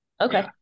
Okay